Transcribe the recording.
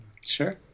Sure